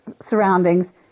surroundings